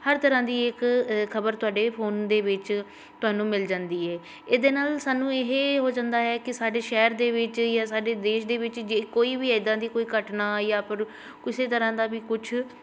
ਹਰ ਤਰ੍ਹਾਂ ਦੀ ਇੱਕ ਖਬਰ ਤੁਹਾਡੇ ਫੋਨ ਦੇ ਵਿੱਚ ਤੁਹਾਨੂੰ ਮਿਲ ਜਾਂਦੀ ਏ ਇਹਦੇ ਨਾਲ ਸਾਨੂੰ ਇਹ ਹੋ ਜਾਂਦਾ ਹੈ ਕਿ ਸਾਡੇ ਸ਼ਹਿਰ ਦੇ ਵਿੱਚ ਜਾਂ ਸਾਡੇ ਦੇਸ਼ ਦੇ ਵਿੱਚ ਜੇ ਕੋਈ ਵੀ ਇੱਦਾਂ ਦੀ ਕੋਈ ਘਟਨਾ ਜਾਂ ਫਿਰ ਕਿਸੇ ਤਰ੍ਹਾਂ ਦਾ ਵੀ ਕੁਛ